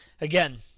again